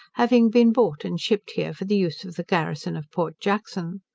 having been bought and shipped here for the use of the garrison of port jackson.